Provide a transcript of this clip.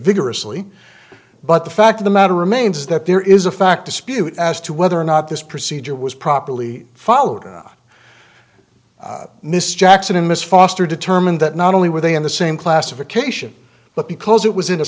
vigorously but the fact of the matter remains that there is a fact dispute as to whether or not this procedure was properly followed miss jackson and miss foster determined that not only were they in the same classification but because it was in a